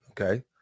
okay